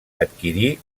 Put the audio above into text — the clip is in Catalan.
adquirí